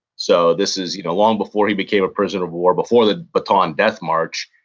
so this is you know long before he become a prisoner of war. before the bataan death march,